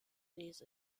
des